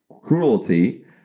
cruelty